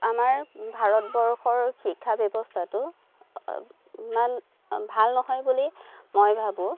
আমাৰ ভাৰতবৰ্ষৰ শিক্ষা ব্যৱস্থাটো ইমান ভাল নহয় বুলি মই ভাবোঁ